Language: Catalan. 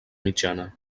mitjana